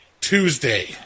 Tuesday